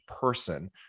person